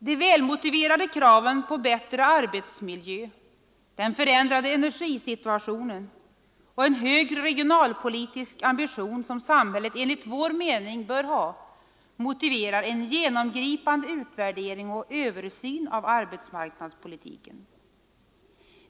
De välmotiverade kraven på bättre arbetsmiljö, den förändrade energisituationen och en högre regionalpolitisk ambition, som samhället enligt vår mening bör ha, motiverar en genomgripande utvärdering och översyn av arbetsmarknadspolitiken.